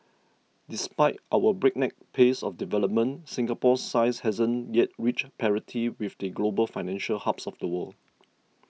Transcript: despite our breakneck pace of development Singapore's size hasn't yet reached parity with the global financial hubs of the world